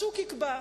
השוק יקבע,